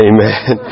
Amen